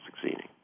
succeeding